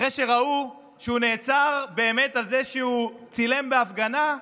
אחרי שראו שהוא נעצר באמת על זה שהוא צילם בהפגנה,